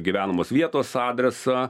gyvenamos vietos adresą